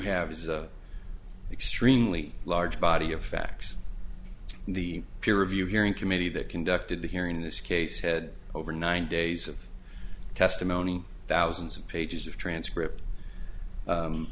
have is an extremely large body of facts and the peer review hearing committee that conducted the hearing in this case head over nine days of testimony thousands of pages of transcript